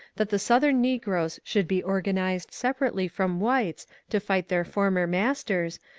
that the southern negroes should be organized separately from whites to fight their former masters,